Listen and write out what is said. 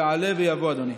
יעלה ויבוא אדוני.